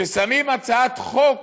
כששמים הצעת חוק